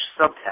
subtext